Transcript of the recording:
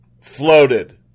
floated